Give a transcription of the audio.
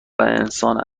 انسان